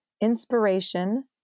inspiration